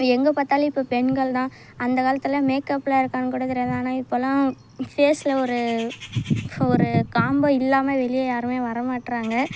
எங்கே பார்த்தாலும் இப்போது பெண்கள்தான் அந்த காலத்திலலாம் மேக்கப்லாம் இருக்கான்னு கூட தெரியாது ஆனால் இப்போதெல்லாம் ஃபேஸில் ஒரு ஒரு காம்போ இல்லாமல் வெளியே யாருமே வர மாட்றாங்கள்